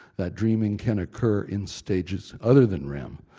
that dreaming can occur in stages other than rem.